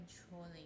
controlling